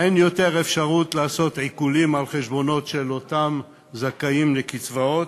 אין יותר אפשרות לעשות עיקולים על חשבונות של אותם זכאים לקצבאות,